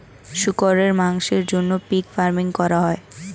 শুকরের মাংসের জন্য পিগ ফার্মিং করা হয়